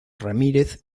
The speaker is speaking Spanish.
ramírez